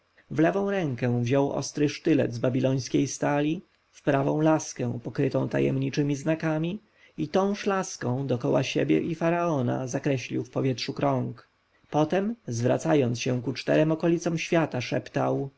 w lewą rękę wziął ostry sztylet z babilońskiej stali w prawą laskę pokrytą tajemniczemi znakami i tąż laską dookoła siebie i faraona zakreślił w powietrzu krąg potem zwracając się kolejno ku czterem okolicom świata szeptał